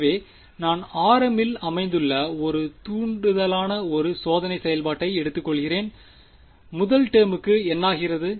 எனவே நான்rmஇல் அமைந்துள்ள ஒரு தூண்டுதலான ஒரு சோதனை செயல்பாட்டை எடுத்துக்கொள்கிறேன் முதல் டேர்முக்கு என்னாகிறது